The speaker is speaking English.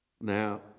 Now